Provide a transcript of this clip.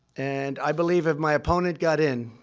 and i believe if my opponent got in,